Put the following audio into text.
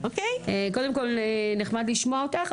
קודם כל נחמד לשמוע אותך,